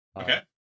Okay